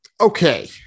Okay